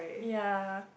ya